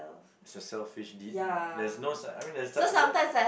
it's a selfish deed lah there's no suc~ I mean there's suc~ there